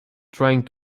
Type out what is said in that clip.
trying